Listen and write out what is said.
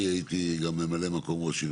אני בעברי הייתי גם ממלא מקום ראש עיר